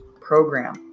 program